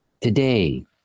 today